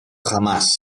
jamás